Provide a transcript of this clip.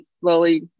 slowly